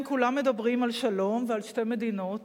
כן, כולם מדברים על שלום ועל שתי מדינות,